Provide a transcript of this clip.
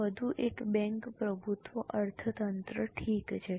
તે વધુ એક બેંક પ્રભુત્વ અર્થતંત્ર ઠીક છે